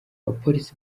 abapolisi